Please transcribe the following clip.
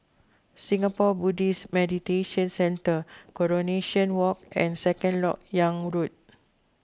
Singapore Buddhist Meditation Centre Coronation Walk and Second Lok Yang Road